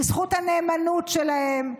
בזכות הנאמנות שלהם,